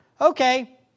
Okay